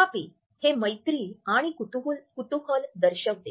तथापि हे मैत्री आणि कुतूहल दर्शवते